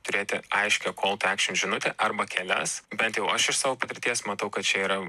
turėti aiškią kol tiu ekšin žinutę arba kelias bent jau aš iš savo patirties matau kad čia yra